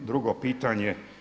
Drugo pitanje.